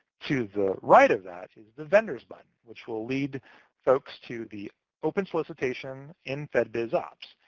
to the right of that is the vendor's button, which will lead folks to the open solicitation in fed biz ops.